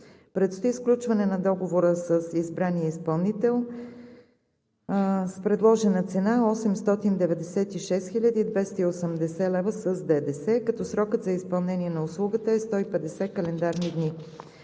Предстои сключване на договора с избрания изпълнител с предложена цена 896 хил. 280 лв. с ДДС, като срокът за изпълнение на услугата е 150 календарни дни.